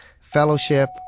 fellowship